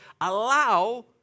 allow